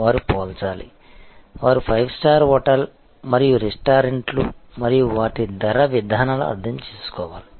వారు పోల్చాలి వారు ఫైవ్ స్టార్ హోటల్ మరియు రెస్టారెంట్లు మరియు వాటి ధర విధానాలు అర్థం చేసుకోవాలి